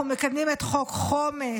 אנחנו מקדמים את חוק חומש.